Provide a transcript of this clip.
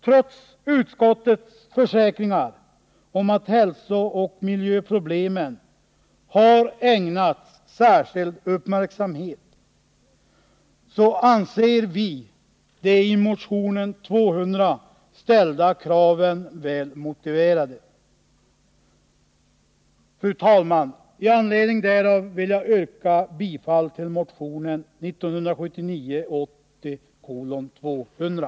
Trots utskottets försäkringar om att hälsooch miljöproblemen har ägnats särskild uppmärksamhet. anser vi de i motion 200 ställda kraven väl motiverade. Fru talman! Med anledning därav vill jag yrka bifall till motion 1979/80:200.